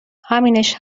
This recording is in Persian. همینش